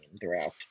throughout